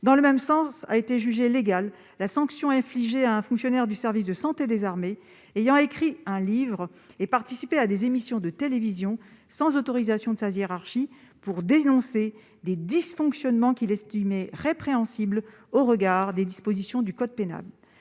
De même, a été jugée légale la sanction infligée à un fonctionnaire du service de santé des armées ayant écrit un livre et participé, sans autorisation de sa hiérarchie, à des émissions de télévision pour dénoncer des dysfonctionnements qu'il estimait répréhensibles au regard des dispositions du code pénal.